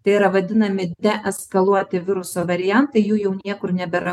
tai yra vadinami deeskaluoti viruso variantai jų jau niekur nebėra